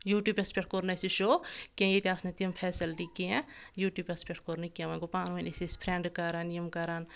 یوٗٹیوٗپٮ۪س پؠٹھ کوٚر نہٕ اَسہِ یہِ شو کینٛہہ ییٚتہِ آسہٕ نہٕ تِم فیسَلٹی کینٛہہ یوٗٹیوٗپٮ۪س پؠٹھ کوٚر نہٕ کینٛہہ وَنٛۍ گوٚو پانہٕ ؤنۍ أسۍ أسۍ فرٛؠنٛڈٕ کران یِم کران